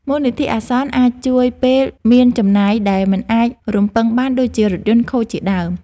មូលនិធិអាសន្នអាចជួយពេលមានចំណាយដែលមិនអាចរំពឹងបានដូចជារថយន្តខូចជាដើម។